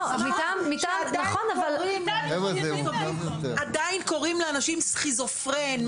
ושם איתרנו את האנשים בתחילת